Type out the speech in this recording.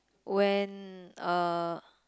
when uh